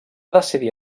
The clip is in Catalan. decidir